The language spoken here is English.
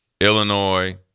Illinois